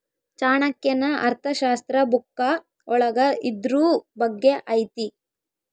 ಚಾಣಕ್ಯನ ಅರ್ಥಶಾಸ್ತ್ರ ಬುಕ್ಕ ಒಳಗ ಇದ್ರೂ ಬಗ್ಗೆ ಐತಿ